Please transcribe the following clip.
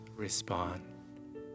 respond